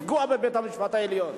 לפגוע בבית-המשפט העליון.